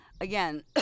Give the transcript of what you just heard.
again